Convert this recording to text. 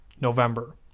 November